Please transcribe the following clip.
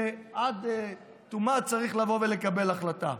שעד תומה צריך לבוא ולקבל החלטה.